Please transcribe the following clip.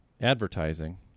advertising